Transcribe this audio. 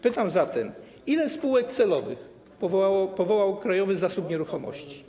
Pytam zatem: Ile spółek celowych powołał Krajowy Zasób Nieruchomości?